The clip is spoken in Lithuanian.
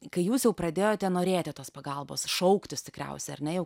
kai jūs jau pradėjote norėti tos pagalbos šauktis tikriausiai ar ne jau